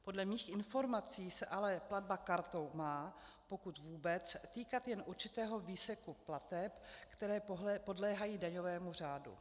Podle mých informací se ale platba kartou má, pokud vůbec, týkat jen určitého výseku plateb, které podléhají daňovému řádu.